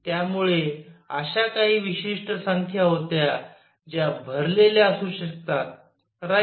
त्यामुळे अश्या काही विशिष्ट संख्या होत्या ज्या भरलेल्या असू शकतात राईट